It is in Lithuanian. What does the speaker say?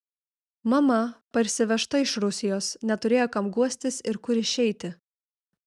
mama parsivežta iš rusijos neturėjo kam guostis ir kur išeiti